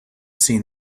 seen